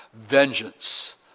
Vengeance